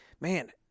man